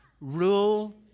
rule